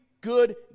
good